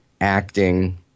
acting